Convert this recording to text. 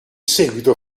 seguito